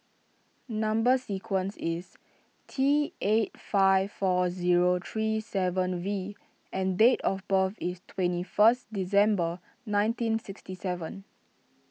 Number Sequence is T eight five four zero two three seven V and date of birth is twenty first December nineteen sixty seven